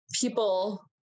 people